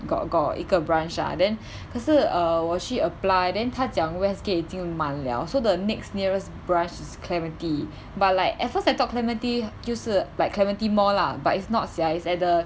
got got 一个 branch ah then 可是 err 我去 apply then 他讲 west gate 已经满了 so the next nearest branch is clementi but like at first I thought clementi 就是 like clementi mall lah but is not sia is at the